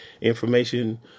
information